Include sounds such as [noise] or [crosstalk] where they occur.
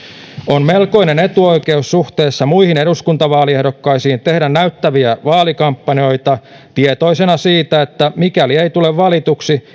on melkoinen etuoikeus suhteessa muihin eduskuntavaaliehdokkaisiin tehdä näyttäviä vaalikampanjoita tietoisena siitä että mikäli ei tule valituksi [unintelligible]